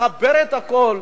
תחבר את הכול,